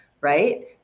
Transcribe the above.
right